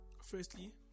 Firstly